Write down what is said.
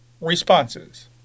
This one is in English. Responses